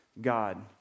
God